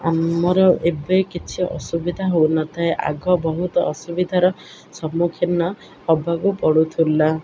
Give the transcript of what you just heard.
ଆମର ଏବେ କିଛି ଅସୁବିଧା ହେଉନଥାଏ ଆଗ ବହୁତ ଅସୁବିଧାର ସମ୍ମୁଖୀନ ହେବାକୁ ପଡ଼ୁଥିଲା